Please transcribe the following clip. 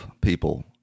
people